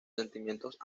sentimientos